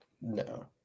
No